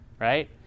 right